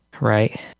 right